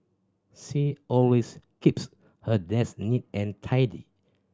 she always keeps her desk neat and tidy